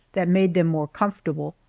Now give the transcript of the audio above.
that made them more comfortable,